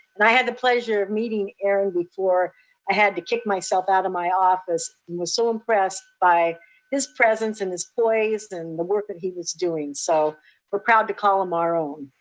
and i had the pleasure of meeting aaron before i had to kick myself out of my office was so impressed by his presence and his voice and the work that he was doing. so we're proud to call them our own.